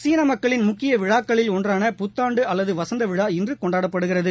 சீன மக்களின் முக்கிய விழாக்களில் ஒன்றான புத்தாண்டு அல்லது வசந்த விழா இன்று கொண்டாடப்படுகிறது